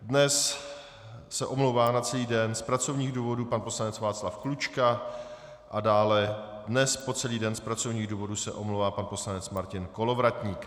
Dnes se omlouvá na celý den z pracovních důvodů pan poslanec Václav Klučka a dále dnes po celý den z pracovních důvodů se omlouvá pan poslanec Martin Kolovratník.